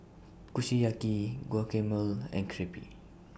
Kushiyaki Guacamole and Crepe